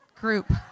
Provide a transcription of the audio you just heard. group